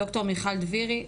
ד"ר מיכל דבירי,